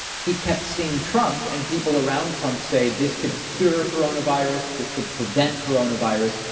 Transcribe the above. he kept seeing trump. and people around trump say this could cure corona virus, this could prevent corona virus.